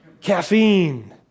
Caffeine